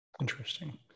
Interesting